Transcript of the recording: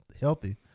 healthy